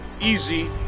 easy